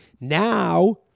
Now